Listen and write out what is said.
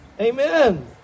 Amen